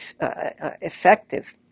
effective